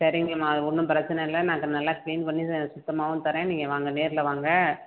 சரிங்கம்மா அது ஒன்றும் பிரச்சனை இல்லை நாங்கள் நல்லா க்ளீன் பண்ணி த சுத்தமாகவும் தரேன் நீங்கள் வாங்க நேர்ல வாங்க